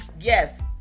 Yes